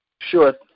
Sure